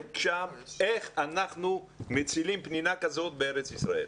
איך אנחנו מצילים פנינה כזו בארץ ישראל.